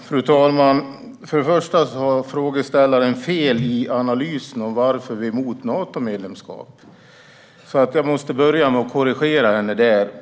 Fru talman! Frågeställaren har fel i analysen av varför vi är emot ett Natomedlemskap. Låt mig därför börja med att korrigera henne.